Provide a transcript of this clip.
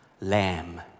lamb